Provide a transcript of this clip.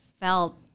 felt